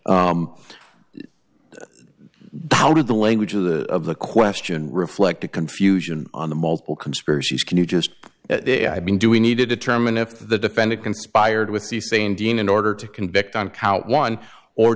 how did the language of the of the question reflect the confusion on the multiple conspiracies can you just if i mean do we need to determine if the defendant conspired with the sandeen in order to convict on count one or